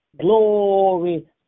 glory